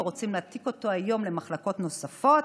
והיום רוצים להעתיק אותו למחלקות נוספות.